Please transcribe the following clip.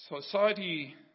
Society